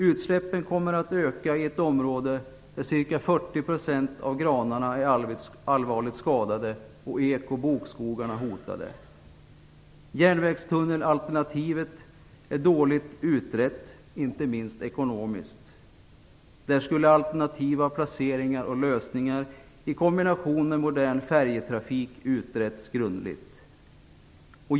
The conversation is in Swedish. Utsläppen kommer att öka i ett område där ca 40 % av granarna är allvarligt skadade och ek och bokskogarna hotade. Järnvägstunnelalternativet är dåligt utrett, inte minst ekonomiskt. Alternativa placeringar och lösningar i kombination med modern färjetrafik skulle ha utretts grundligt.